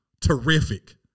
terrific